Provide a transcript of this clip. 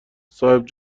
صاحب